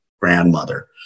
grandmother